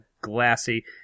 glassy